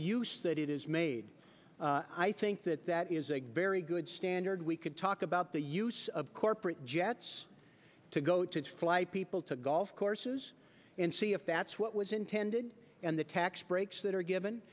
use that it is made i think that that is a very good standard we could talk about the use of corporate jets to go to fly people to golf courses and see if that's what was intended and the tax breaks that are given